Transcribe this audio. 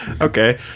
Okay